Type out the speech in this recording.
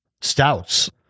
stouts